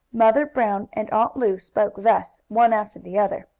mother brown and aunt lu spoke thus, one after the other.